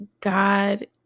God